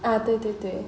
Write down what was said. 啊对对对